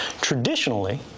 Traditionally